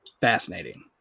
fascinating